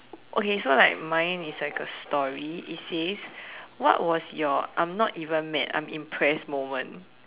okay so like mine it's like a story it says what was your I'm not even mad I'm impressed moment